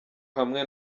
hamwe